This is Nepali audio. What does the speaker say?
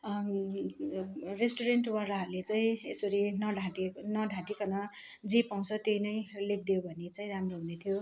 रेस्टुरेन्ट वालाहरूले चाहिँ यसरी नढाँट्न नढाँटीकन जे पाउँछ त्यही नै लेखिदियो भने चाहिँ राम्रो हुने थियो